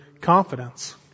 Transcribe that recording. confidence